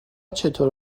چطور